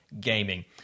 gaming